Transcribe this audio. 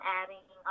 adding